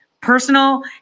personal